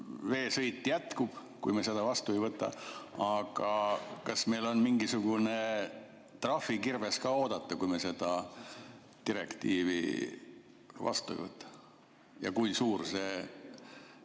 Veesõit jätkub, kui me seda vastu ei võta. Aga kas meil on mingisugust trahvikirvest ka oodata, kui me seda direktiivi üle ei võta? Ja kui suur